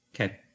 Okay